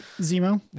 zemo